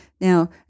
Now